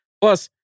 Plus